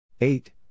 eight